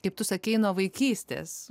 kaip tu sakei nuo vaikystės